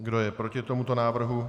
Kdo je proti tomuto návrhu?